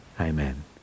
Amen